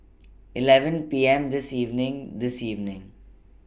eleven P M This evening This evening